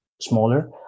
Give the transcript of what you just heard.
smaller